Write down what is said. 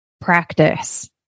practice